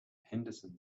henderson